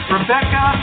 Rebecca